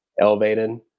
elevated